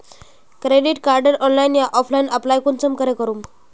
Credit कार्डेर online या offline apply कुंसम करे करूम?